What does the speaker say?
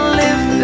live